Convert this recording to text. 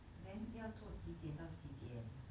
then 要做几点到几点